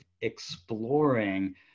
exploring